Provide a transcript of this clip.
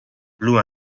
blue